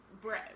bread